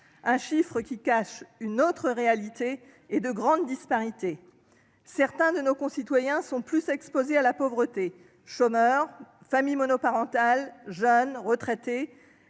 chiffre cache une autre réalité et de grandes disparités. Certains de nos concitoyens sont davantage exposés à la pauvreté : chômeurs, familles monoparentales, jeunes, retraités